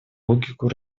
логику